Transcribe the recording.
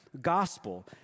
gospel